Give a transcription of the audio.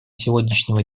сегодняшнего